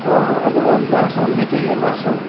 हाँ हाँ हेलो लहसुन भी चाहिए लहसुन